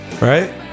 Right